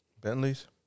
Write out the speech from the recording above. Bentleys